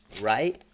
right